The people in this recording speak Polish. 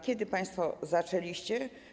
Kiedy państwo zaczęliście?